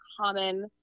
common